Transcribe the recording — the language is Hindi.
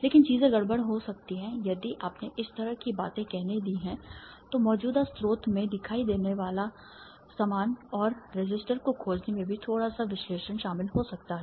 लेकिन चीजें गड़बड़ हो सकती हैं यदि आपने इस तरह की बातें कहने दी हैं तो मौजूदा स्रोत में दिखाई देने वाले समान और रेसिस्टर को खोजने में भी थोड़ा सा विश्लेषण शामिल हो सकता है